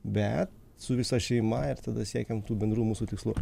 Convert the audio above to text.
bet su visa šeima ir tada siekiam tų bendrų mūsų tikslų